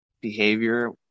behavior